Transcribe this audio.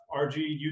RG